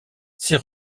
ses